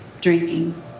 drinking